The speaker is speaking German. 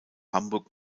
hamburg